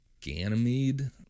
Ganymede